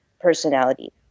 personality